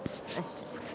ಅಷ್ಟೇ